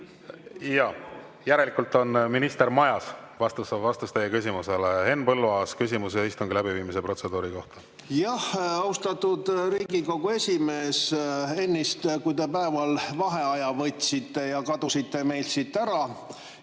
Järelikult on minister majas, vastus teie küsimusele. Henn Põlluaas, küsimus istungi läbiviimise protseduuri kohta! Jah, austatud Riigikogu esimees! Ennist, kui te päeval vaheaja võtsite, kadusite meilt siit ära